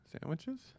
sandwiches